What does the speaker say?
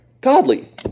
Godly